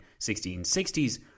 1660s